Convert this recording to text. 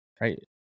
right